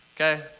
okay